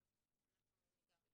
אז ניגע בזה.